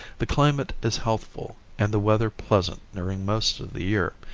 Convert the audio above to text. the climate is healthful and the weather pleasant during most of the year.